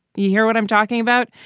you hear what i'm talking about.